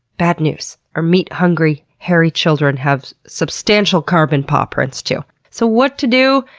bad news. our meat-hungry, hairy children have substantial carbon pawprints too. so what to do?